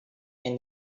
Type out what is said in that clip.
and